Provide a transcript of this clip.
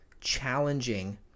challenging